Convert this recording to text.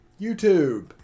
YouTube